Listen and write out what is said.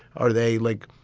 are they like,